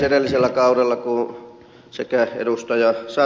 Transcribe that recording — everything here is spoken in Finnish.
edellisellä kaudella kun sekä ed